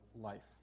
life